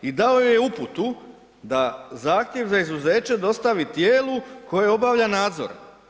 I dao joj je uputu da zahtjev za izuzeće dostavi tijelu koje obavlja nadzor.